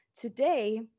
Today